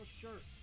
shirts